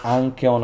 anche